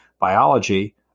biology